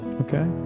okay